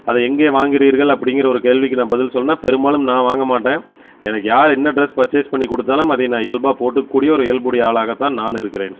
அதை எங்கே வாங்குகிறீர்கள் அப்பிடிங்கிற ஒரு கேள்விக்கு நான் பதில் சொல்லணும்ன்னா பெரும்பாலும் நான் வாங்க மாட்டேன் எனக்கு யார் என்ன ட்ரெஸ் பர்சேஸ் பண்ணி கொடுத்தாலும் அதை நான் இயல்பாக போட்டுக்கக்கூடிய ஒரு இயல்புடைய ஆளாகத்தான் நான் இருக்கிறேன்